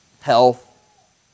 health